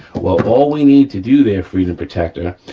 what all we need to do there, freedom protector,